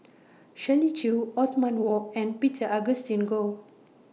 Shirley Chew Othman Wok and Peter Augustine Goh